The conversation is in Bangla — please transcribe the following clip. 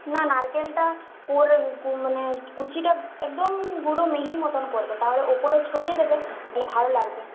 না নারকেলটা কোড় মানে কুচিটা একদম গুঁড়ো মিহি মতন করবে তাহলে উপরে ছড়িয়ে দেবে ভালো লাগবে